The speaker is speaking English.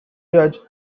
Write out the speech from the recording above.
judge